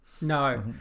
No